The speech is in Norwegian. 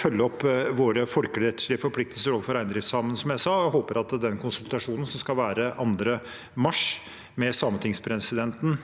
følge opp våre folkerettslige forpliktelser overfor reindriftssamene, som jeg sa, og jeg håper at den konsultasjonen som skal være 2. mars med sametingspresidenten,